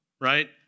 right